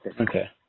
Okay